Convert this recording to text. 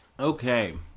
Okay